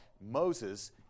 Moses